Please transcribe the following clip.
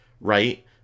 right